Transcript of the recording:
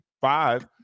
five